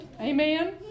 Amen